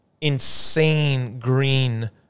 insane—green